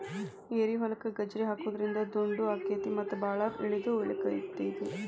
ಏರಿಹೊಲಕ್ಕ ಗಜ್ರಿ ಹಾಕುದ್ರಿಂದ ದುಂಡು ಅಕೈತಿ ಮತ್ತ ಬಾಳ ಇಳದು ಇಳಿತೈತಿ